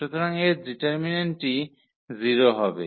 সুতরাং এর ডিটারমিন্যান্টটি 0 হবে